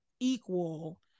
equal